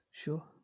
Sure